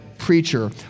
preacher